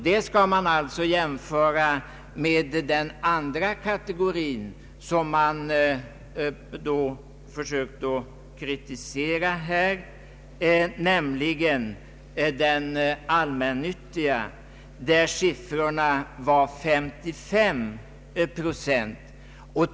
Detta skall man alltså jämföra med den andra kategori som man då försökte att kritisera, nämligen de allmännyttiga bostadsföretagen, för vilka siffran var 55 procent.